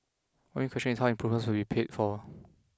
one bigquestion is how improvements will be paid for